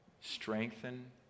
strengthen